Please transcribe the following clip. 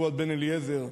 פואד בן-אליעזר,